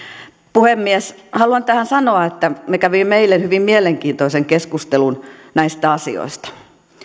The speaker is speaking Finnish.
puhemies haluan tähän sanoa että me kävimme eilen hyvin mielenkiintoisen keskustelun näistä asioista